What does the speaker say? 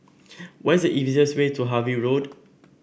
what is the easiest way to Harvey Road